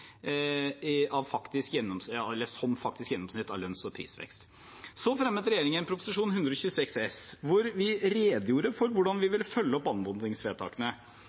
som faktisk gjennomsnitt av lønns- og prisvekst. Så fremmet regjeringen Prop. 126 S for 2020–2021, hvor vi redegjorde for hvordan vi ville følge opp anmodningsvedtakene.